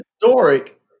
historic